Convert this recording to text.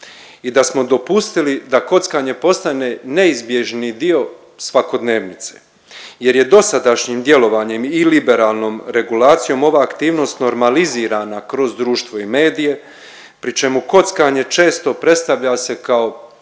i da smo dopustili da kockanje postane neizbježni dio svakodnevnice jer je dosadašnjim djelovanjem i liberalnom regulacijom ova aktivnost normalizirana kroz društvo i medije pri čemu kockanje često predstavlja se kao